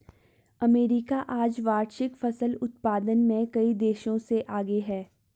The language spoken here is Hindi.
अमेरिका आज वार्षिक फसल उत्पादन में कई देशों से आगे है